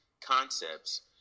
concepts